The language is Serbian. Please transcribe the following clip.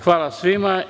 Hvala svima.